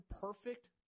perfect